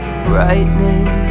frightening